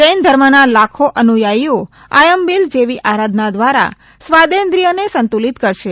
જૈન ધર્મના લાખો અનુયાયીઓ આયંબિલ જેવી આરાધના દ્વારા સ્વાદેન્દ્રીયને સંતુલીત કરશે